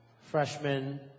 freshman